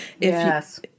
Yes